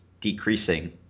decreasing